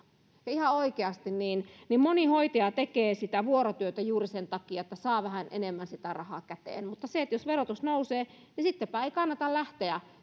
ihan oikeasti moni hoitaja tekee sitä vuorotyötä juuri sen takia että saa vähän enemmän rahaa käteen mutta jos verotus nousee niin sittenpä ei kannata lähteä